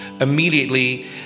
immediately